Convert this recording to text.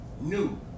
New